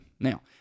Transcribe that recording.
Now